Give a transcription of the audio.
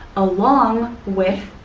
along with,